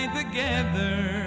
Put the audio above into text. together